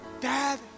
Dad